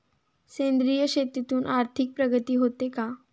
सेंद्रिय शेतीतून आर्थिक प्रगती होते का?